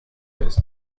ist